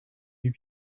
you